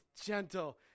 gentle